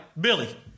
Billy